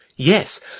yes